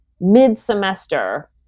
mid-semester